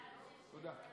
תודה.